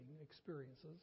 experiences